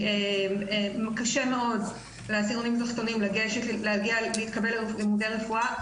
קשה מאוד לעשירונים התחתונים להתקבל ללימודי רפואה.